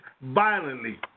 violently